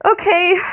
Okay